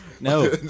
No